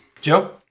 Joe